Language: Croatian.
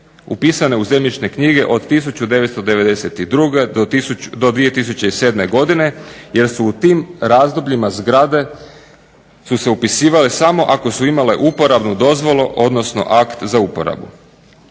upisane u zemljišne knjige od 1992. do 2007. godine jer su u tim razdobljima zgrade su se upisivale samo ako su imale uporabnu dozvolu, odnosno akt za uporabu.